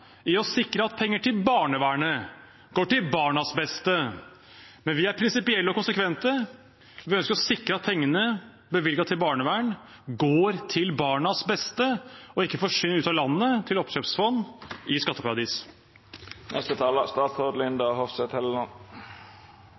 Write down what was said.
for å sikre at penger til barnevernet går til barnas beste. Men vi er prinsipielle og konsekvente: Vi ønsker å sikre at pengene bevilget til barnevern går til barnas beste og ikke forsvinner ut av landet til oppkjøpsfond i